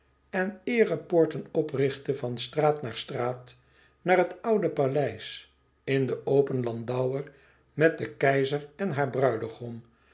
en eerepoorten oprichtte van straat naar straat e ids aargang naar het oude paleis in den open landauer met den keizer en haar bruidegom